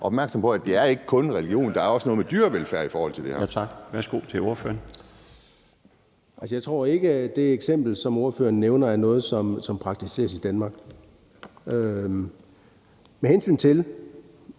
opmærksom på, at det ikke kun handler om religion, for der er også noget med dyrevelfærd i det her.